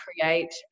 create